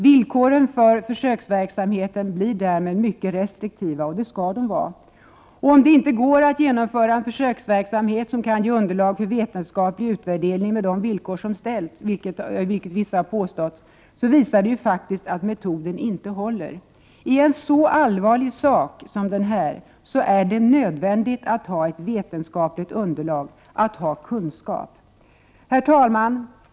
Villkoren för försöksverksamheten blir därmed mycket restriktiva, och det skall de vara. Om det inte går att genomföra en försöksverksamhet som kan ge underlag för vetenskaplig utvärdering med de villkor som ställts — vilket vissa påstått — så visar det ju faktiskt att metoden inte håller. I en så allvarlig sak som denna är det nödvändigt att ha ett vetenskapligt underlag, att ha kunskap. Herr talman!